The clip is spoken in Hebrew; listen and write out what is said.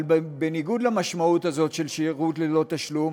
אבל בניגוד למשמעות הזאת של שירות ללא תשלום,